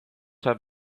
have